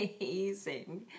amazing